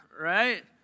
right